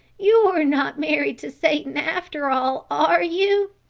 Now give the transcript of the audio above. you are not married to satan after all, are you?